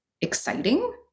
exciting